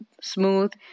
smooth